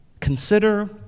Consider